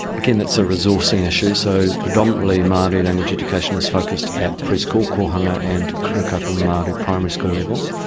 again, that's a resourcing issue, so predominantly maori language education is focused at preschool, kohanga, and kura kaupapa maori primary school level.